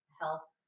health